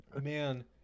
man